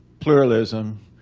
pluralism.